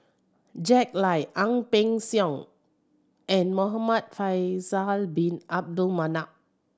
Jack Lai Ang Peng Siong and Muhamad Faisal Bin Abdul Manap